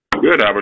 good